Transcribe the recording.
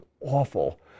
awful